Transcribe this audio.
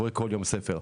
הוא קורא כל יום ספר.